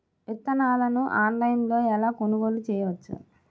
విత్తనాలను ఆన్లైనులో ఎలా కొనుగోలు చేయవచ్చు?